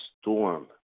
storm